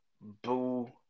boo